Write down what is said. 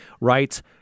writes